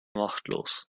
machtlos